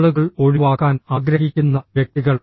ആളുകൾ ഒഴിവാക്കാൻ ആഗ്രഹിക്കുന്ന വ്യക്തികൾ